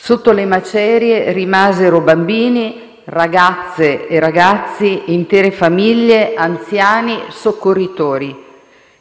Sotto le macerie rimasero bambini, ragazze e ragazzi, intere famiglie, anziani, soccorritori.